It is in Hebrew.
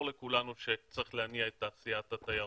לכולנו שצריך להניע את תעשיית התיירות,